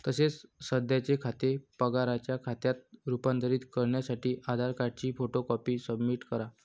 तसेच सध्याचे खाते पगाराच्या खात्यात रूपांतरित करण्यासाठी आधार कार्डची फोटो कॉपी सबमिट करा